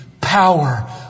power